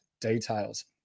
details